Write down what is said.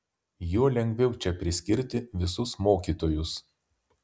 juo lengviau čia priskirti visus mokytojus